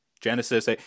Genesis